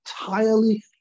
entirely